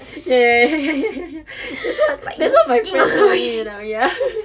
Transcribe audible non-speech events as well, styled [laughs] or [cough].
ya ya ya ya ya ya ya that's what my friend told me ya [laughs]